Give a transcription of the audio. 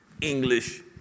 English